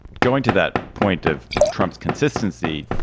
going to that point of trump's consistency.